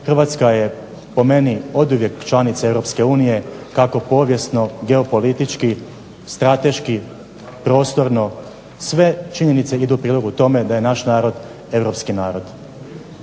Hrvatska je po meni oduvijek članica europske unije kako povijesno, geopolitički, strateški, prostorno, sve činjenice idu u prilog tome da je naš narod Europski narod.